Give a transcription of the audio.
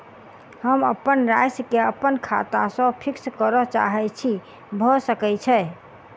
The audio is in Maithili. हम अप्पन राशि केँ अप्पन खाता सँ फिक्स करऽ चाहै छी भऽ सकै छै?